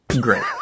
great